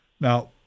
Now